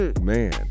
Man